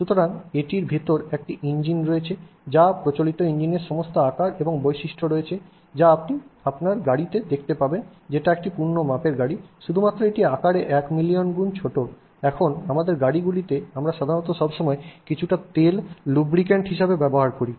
সুতরাং এটির ভিতরে একটি ইঞ্জিন রয়েছে যার প্রচলিত ইঞ্জিনের সমস্ত আকার এবং বৈশিষ্ট্য রয়েছে যা আপনি আপনার গাড়ীতে দেখতে পাবেন যেটা একটি পূর্ণ মাপের গাড়ি শুধুমাত্র এটি আকারে এক মিলিয়ন গুন ছোট এখন আমাদের গাড়িগুলিতে আমরা সাধারণত সবসময় কিছুটা তেল লুব্রিক্যান্ট হিসাবে ব্যবহার করি